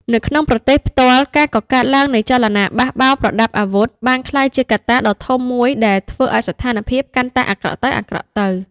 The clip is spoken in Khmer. នៅក្នុងប្រទេសផ្ទាល់ ការកកើតឡើងនៃចលនាបះបោរប្រដាប់អាវុធ បានក្លាយជាកត្តាដ៏ធំមួយដែលធ្វើឱ្យស្ថានភាពកាន់តែអាក្រក់ទៅៗ។